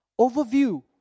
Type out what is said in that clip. overview